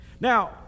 Now